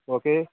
okay